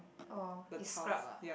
orh you scrub ah